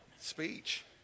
speech